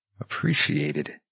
appreciated